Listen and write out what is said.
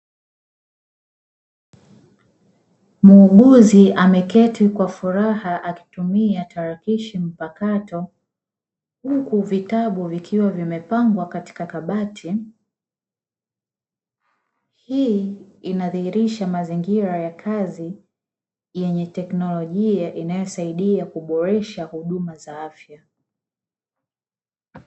Muuguzi ameketi kwa furaha akitumia tarakishi mpakato, huku vitabu vikiwa vimepangwa katika kabati. Hii inadhihirisha mazingira ya kazi yenye teknolojia inayosaidia kuboresha huduma za afya.